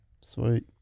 Sweet